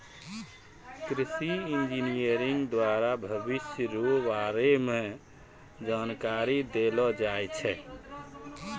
कृषि इंजीनियरिंग द्वारा भविष्य रो बारे मे जानकारी देलो जाय छै